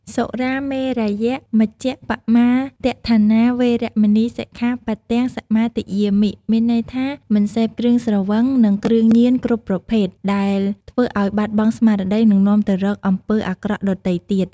សុរាមេរយមជ្ជប្បមាទដ្ឋានា វេរមណី សិក្ខាបទំ សមាទិយាមិ មានន័យថា មិនសេពគ្រឿងស្រវឹង និងគ្រឿងញៀនគ្រប់ប្រភេទ ដែលធ្វើឲ្យបាត់បង់ស្មារតី និងនាំទៅរកអំពើអាក្រក់ដទៃទៀត។